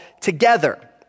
together